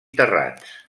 terrats